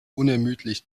unermüdlich